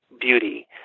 beauty